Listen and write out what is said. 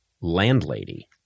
landlady